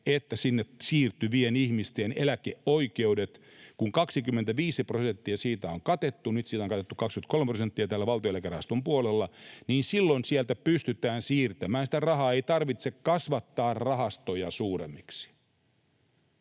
että sinne siirtyvien ihmisten eläkeoikeudet, 25 prosenttia on katettu — nyt siitä on katettu 23 prosenttia täällä Valtion Eläkerahaston puolella — silloin sieltä pystytään siirtämään sitä rahaa ja ei tarvitse kasvattaa rahastoja suuremmiksi.